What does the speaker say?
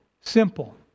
simple